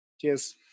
Cheers